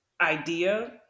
idea